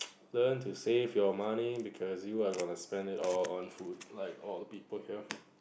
learn to save your money because you are gonna spend it all on food like all the people here